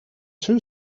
two